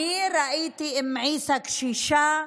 קשישה,